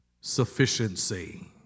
sufficiency